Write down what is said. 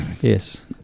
Yes